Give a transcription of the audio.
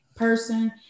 person